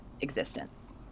existence